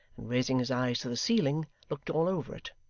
and raising his eyes to the ceiling, looked all over it,